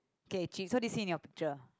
okay chiz so what do you see in your picture